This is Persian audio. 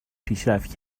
پیشرفت